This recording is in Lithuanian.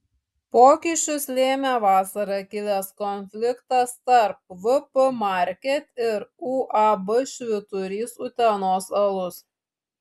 pokyčius lėmė vasarą kilęs konfliktas tarp vp market ir uab švyturys utenos alus